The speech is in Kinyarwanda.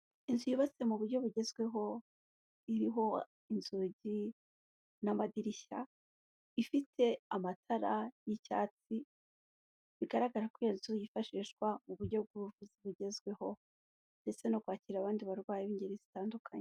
Inzu yubatswe mu buryo bugezweho, iriho inzugi n'amadirishya, ifite amatara y'icyatsi, bigaragara ko iyo nzu yifashishwa mu buryo bw'ubuvuzi bugezweho ndetse no kwakira abandi barwayi b'ingeri zitandukanye.